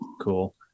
cool